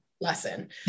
lesson